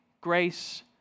grace